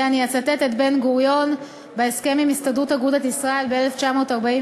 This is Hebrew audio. ואני אצטט את בן-גוריון בהסכם עם הסתדרות אגודת ישראל ב-1947,